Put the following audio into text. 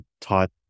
taught